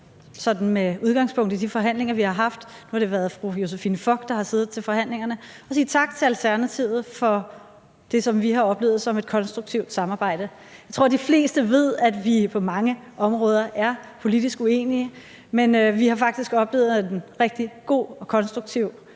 og med udgangspunkt i de forhandlinger, vi har haft – nu er det jo fru Josephine Fock, der har siddet med i forhandlingerne – skylder at sige tak til Alternativet for det, som vi har oplevet som et konstruktivt samarbejde. Jeg tror, de fleste ved, at vi på mange områder er politisk uenige, men vi har faktisk oplevet en rigtig god og konstruktiv dialog